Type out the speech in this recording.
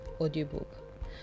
audiobook